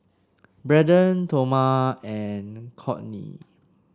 Braden Toma and Cortney